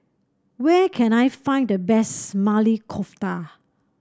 where can I find the best Maili Kofta